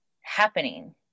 happening